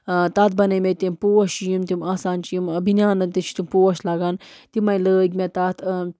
تَتھ بنٲے مےٚ تِم پوش یِم تِم آسان چھِ یِم بِنیانَن تہِ چھِ تِم پوش لگان تِمَے لٲگۍ مےٚ تَتھ